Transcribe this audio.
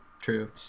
True